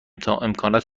امکانات